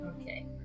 Okay